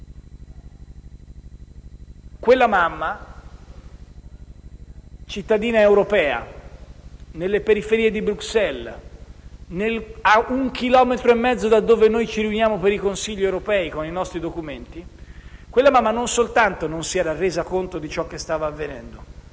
Quella mamma, cittadina europea, nelle periferie di Bruxelles, ad un chilometro e mezzo da dove ci riuniamo per approvare i nostri documenti nei Consigli europei, non soltanto non si era resa conto di ciò che stava avvenendo,